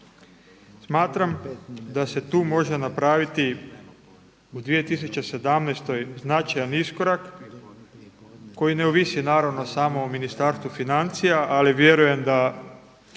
Smatram da se tu može napraviti u 2016. značajan iskorak koji ne ovisi naravno samo o Ministarstvu financija ali vjerujem da